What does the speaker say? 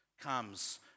comes